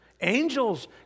Angels